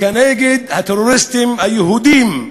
כנגד הטרוריסטים היהודים,